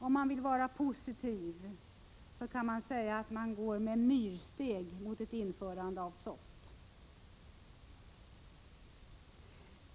För att vara positiv kan sägas att man går med myrsteg mot ett införande av SOFT.